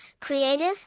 creative